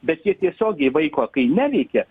bet jie tiesiogiai vaiko kai neveikia